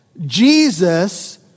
Jesus